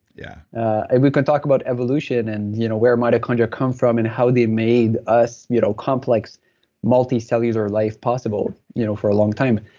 yeah and we could talk about evolution and you know where mitochondria come from and how they made us, you know complex multicellular life, possible you know for a long time.